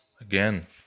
again